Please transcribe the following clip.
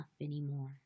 anymore